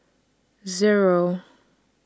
Zero